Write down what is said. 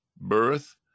birth